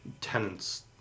Tenant's